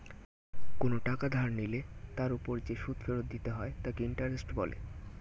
কোনো টাকা ধার নিলে তার উপর যে সুদ ফেরত দিতে হয় তাকে ইন্টারেস্ট বলে